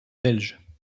belge